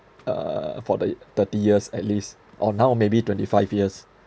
uh for the thirty years at least or now maybe twenty five years